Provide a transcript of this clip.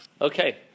Okay